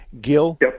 Gil